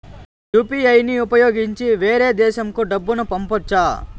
UPI ని ఉపయోగించి వేరే దేశంకు డబ్బును పంపొచ్చా?